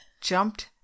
Jumped